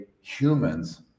humans